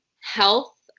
health